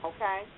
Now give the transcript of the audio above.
Okay